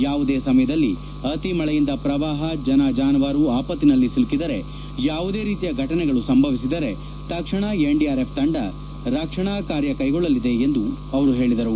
ಯಾವುದೇ ಸಮಯದಲ್ಲಿ ಅತೀ ಮಳೆಯಿಂದ ಪ್ರವಾಹ ಜನಜಾನುವಾರು ಆಪತ್ತಿನಲ್ಲಿ ಸಿಲುಕಿದರೆ ಯಾವುದೇ ರೀತಿ ಘಟನೆಗಳು ಸಂಭವಿಸಿದ್ದರೆ ತಕ್ಷಣ ಎನ್ಡಿಆರ್ಎಫ್ ತಂಡ ರಕ್ಷಣಾ ಕಾರ್ಯಕ್ಶೈಗೊಳ್ಳಲಿದೆ ಎಂದು ಅವರು ಹೇಳಿದರು